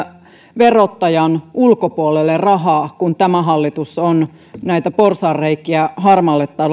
verottajan ulkopuolelle rahaa kun tämä hallitus on näitä porsaanreikiä harmaalle